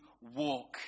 walk